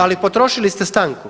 Ali potrošili ste stanku.